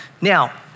Now